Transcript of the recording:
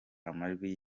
amajwi